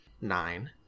nine